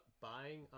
buying